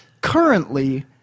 currently